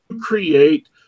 create